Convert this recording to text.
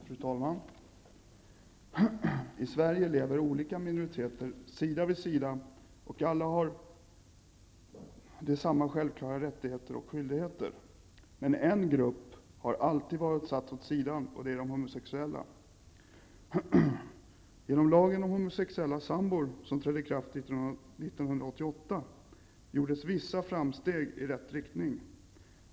Fru talman! I Sverige lever olika minoriteter sida vid sida, och alla har de samma självklara rättigheter och skyldigheter. Men en grupp har alltid varit satt åt sidan, och det är de homosexuella. Genom lagen om homosexuella sambor, som trädde i kraft 1988, gjordes vissa framsteg i rätt riktning.